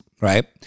right